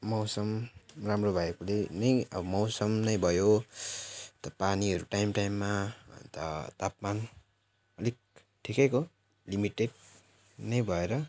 मौसम राम्रो भएकोले नै अब मौसम नै भयो अन्त पानीहरू टाइम टाइममा अन्त तापमान अलिक ठिकैको लिमिटेड नै भएर